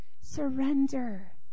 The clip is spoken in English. surrender